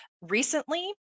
recently